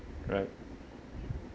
right